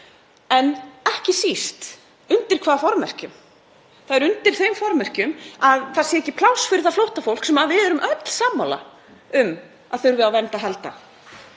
en ekki síst undir hvaða formerkjum. Það er undir þeim formerkjum að það sé ekki pláss fyrir flóttafólk sem við erum öll sammála um að þurfi á vernd að halda.